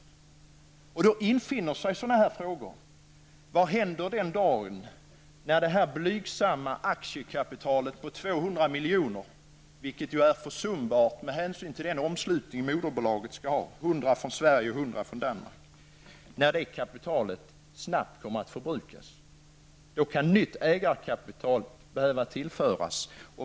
Mot den bakgrunden infinner sig följande fråga: Vad händer när det blygsamma aktiekapitalet om milj.kr. för Danmark -- snabbt har förbrukats? Detta aktiekapital är ju försumbart med tanke på den omslutning som moderbolagen skall ha. I det läget kan nytt ägarkapital behöva tillföras.